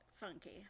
funky